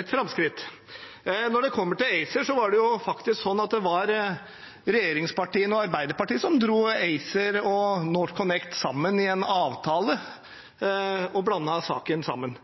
et framskritt. Når det gjelder ACER, var det faktisk regjeringspartiene og Arbeiderpartiet som dro ACER og NorthConnect sammen i en avtale og blandet sakene sammen.